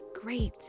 great